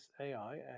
AI